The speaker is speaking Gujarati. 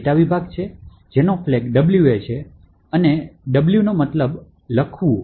ડેટા વિભાગ છે જેનો ફ્લેગ WA છે તેથી W મતલબ લખવું